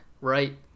right